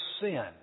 sin